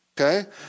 okay